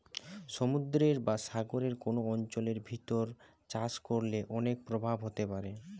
সমুদ্রের বা সাগরের কোন অঞ্চলের ভিতর চাষ করলে অনেক প্রভাব হতে পারে